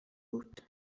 بود